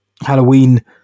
Halloween